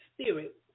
Spirit